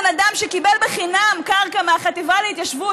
הבן אדם שקיבל בחינם קרקע מהחטיבה להתיישבות